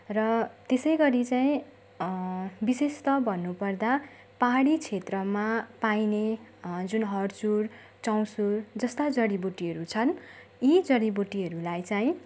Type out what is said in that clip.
र त्यसै गरी चाहिँ विशेषतः भन्नु पर्दा पहाडी क्षेत्रमा पाइने जुन हडचुर चम्सुर जस्ता जडिबुटीहरू छन् यी जडिबुटीहरूलाई चाहिँ